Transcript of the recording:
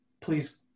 please